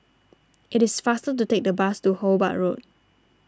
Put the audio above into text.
it is faster to take the bus to Hobart Road